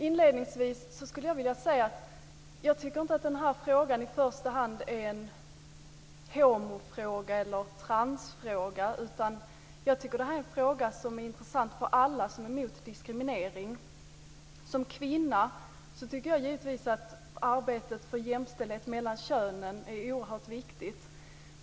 Inledningsvis skulle jag vilja säga att jag inte tycker att den här frågan i första hand är en homofråga eller en transfråga. Jag tycker att detta är en fråga som är intressant för alla som är emot diskriminering. Som kvinna tycker jag givetvis att arbetet för jämställdhet mellan könen är oerhört viktigt.